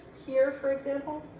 here, for example.